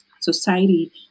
society